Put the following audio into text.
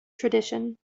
tradition